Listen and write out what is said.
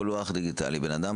לייצג את מדינת